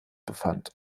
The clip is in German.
befand